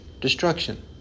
Destruction